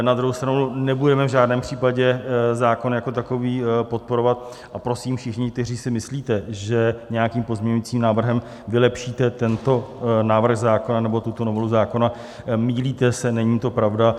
Na druhou stranu, nebudeme v žádném případě zákon jako takový podporovat, a prosím všechny, kteří si myslíte, že nějakým pozměňovacím návrhem vylepšíte tento návrh zákona nebo tuto novelu zákona mýlíte se, není to pravda.